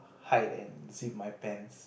hide and zip my pants